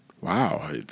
Wow